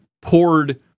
poured